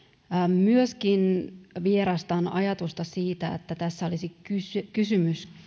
myöskin vierastan ajatusta siitä että tässä olisi kysymys